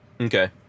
Okay